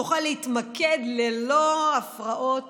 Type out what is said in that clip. נוכל להתמקד ללא הפרעות